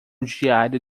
diário